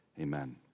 amen